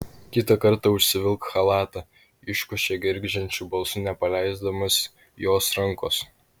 kitą kartą užsivilk chalatą iškošė gergždžiančiu balsu nepaleisdamas jos rankos